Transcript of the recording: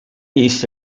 east